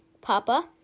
Papa